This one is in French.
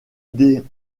des